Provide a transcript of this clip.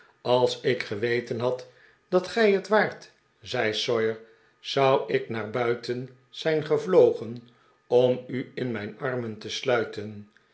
als ik geweten had dat gij het waart zei sawyer zou ik naar buiten zijn gevlogen om u in mijn armen te sluiten